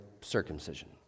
circumcision